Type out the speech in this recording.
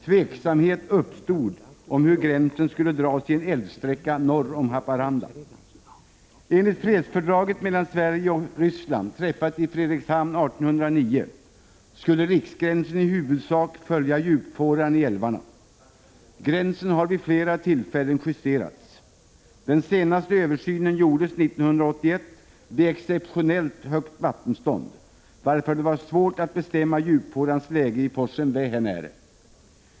Tveksamhet uppstod om hur gränsen skulle dras i en älvsträcka norr om Haparanda. Enligt fredsfördraget mellan Sverige och Ryssland träffat i Fredrikshamn 1809 skulle riksgränsen i huvudsak följa djupfåran i älvarna. Gränsen har vid flera tillfällen justerats. Den senaste översynen gjordes 1981 vid exceptionellt högt vattenstånd, varför det var svårt att bestämma djupfårans läge vid forsen Vähänärä.